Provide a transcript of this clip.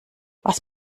was